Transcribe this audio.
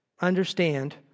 understand